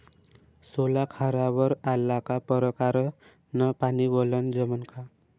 सोला खारावर आला का परकारं न पानी वलनं जमन का?